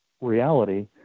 reality